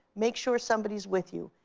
make sure somebody is with you.